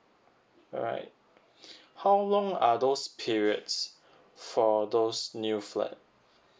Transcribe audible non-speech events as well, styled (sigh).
alright (breath) how long are those periods for those new flat